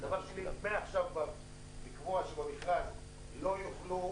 דבר שני מעכשיו כבר לקבוע שבמכרז לא יוכלו